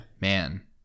man